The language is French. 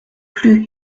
plus